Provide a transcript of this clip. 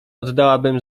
oddałbym